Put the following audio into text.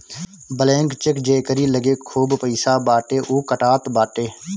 blank cheque जेकरी लगे खूब पईसा बाटे उ कटात बाटे